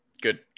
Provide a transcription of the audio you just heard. Good